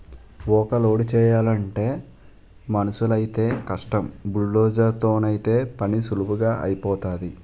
ఊక లోడు చేయలంటే మనుసులైతేయ్ కష్టం బుల్డోజర్ తోనైతే పనీసులువుగా ఐపోతాది